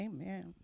Amen